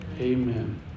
Amen